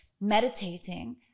meditating